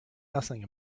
nothing